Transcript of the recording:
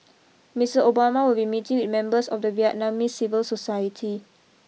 Mister Obama will be meeting with members of the Vietnamese civil society